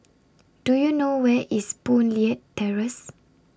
Do YOU know Where IS Boon Leat Terrace